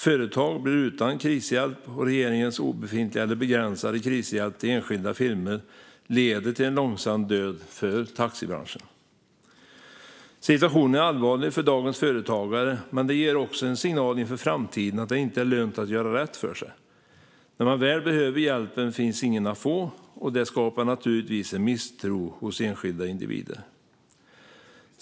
Företag blir utan krishjälp, och regeringens obefintliga eller begränsade krishjälp till enskilda firmor leder till en långsam död för taxibranschen. Situationen är allvarlig för dagens företagare. Men det ger också en signal inför framtiden om att det inte är lönt att göra rätt för sig. När man väl behöver hjälpen finns det ingen hjälp att få. Det skapar misstro hos enskilda individer.